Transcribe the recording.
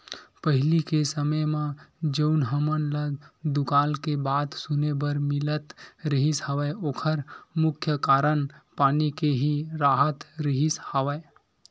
पहिली के समे म जउन हमन ल दुकाल के बात सुने बर मिलत रिहिस हवय ओखर मुख्य कारन पानी के ही राहत रिहिस हवय